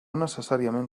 necessàriament